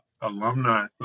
Alumni